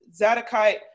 Zadokite